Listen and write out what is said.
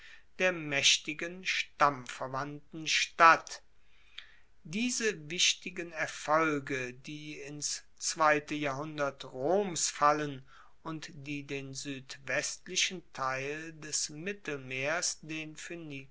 der maechtigen stammverwandten stadt diese wichtigen erfolge die ins zweite jahrhundert roms fallen und die den suedwestlichen teil des mittelmeers den